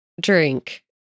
drink